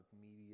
media